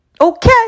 Okay